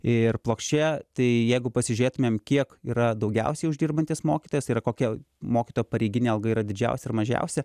ir plokščia tai jeigu pasižiūrėtumėm kiek yra daugiausiai uždirbantis mokytojas tai yra kokia mokytojo pareiginė alga yra didžiausia ir mažiausia